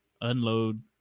unload